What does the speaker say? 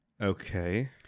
Okay